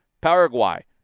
Paraguay